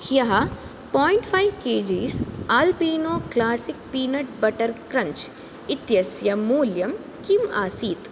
ह्यः point five K Gs Alpino classic peanut butter crunch इत्यस्य मूल्यं किम् आसीत्